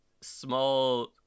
small